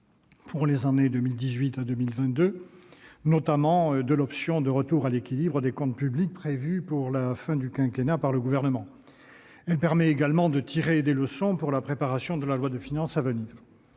pour les années 2018 à 2022, notamment de l'option de retour à l'équilibre des comptes publics prévu pour la fin du quinquennat par le Gouvernement. Il permet également de tirer des leçons pour la préparation de la loi de finances à venir.